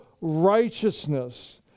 righteousness